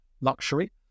luxury